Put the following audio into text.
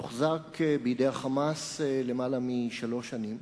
מוחזק בידי ה"חמאס" למעלה משלוש שנים.